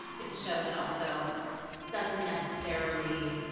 it's a show that also doesn't necessarily